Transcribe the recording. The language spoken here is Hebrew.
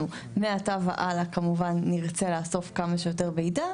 מעתה והלאה כמובן נרצה לאסוף כמה שיותר מידע.